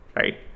Right